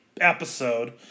episode